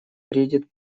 приедет